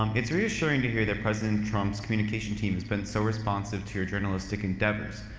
um it's reassuring to hear that president trump's communication team has been so responsive to your journalistic endeavors,